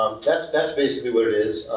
um that's that's basically what it is.